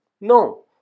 No